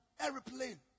airplane